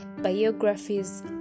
biographies